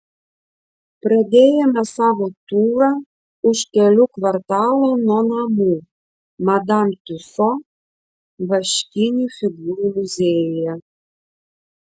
pradėjome savo turą už kelių kvartalų nuo namų madam tiuso vaškinių figūrų muziejuje